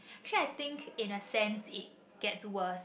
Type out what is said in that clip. actually I think in a sense it gets worse